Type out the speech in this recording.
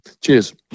Cheers